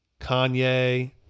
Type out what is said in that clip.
Kanye